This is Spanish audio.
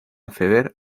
ceder